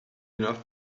enough